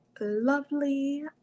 lovely